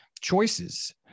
choices